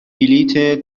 بلیت